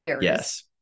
Yes